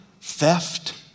theft